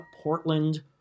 Portland